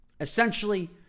Essentially